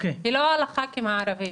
היא לא על הח"כים הערבים.